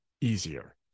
easier